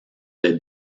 des